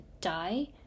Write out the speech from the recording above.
die